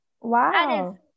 Wow